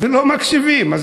ולא מקשיבים להם?